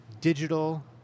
digital